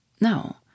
No